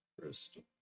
Crystal